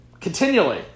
continually